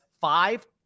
five